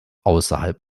außerhalb